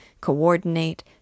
coordinate